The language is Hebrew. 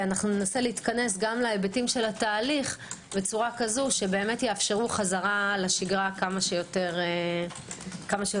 ננסה להתכנס גם להיבטי התהליך כך שיאפשרו חזרה לשגרה כמה שיותר טוב.